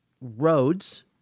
roads